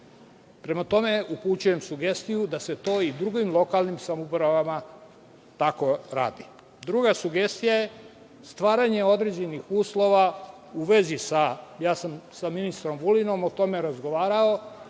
Prema tome, upućujem sugestiju da se i drugim lokalnim samoupravama tako radi. Druga sugestija je – stvaranje određenih uslova u vezi sa, ja sam sa ministrom Vulinom o tome razgovarao,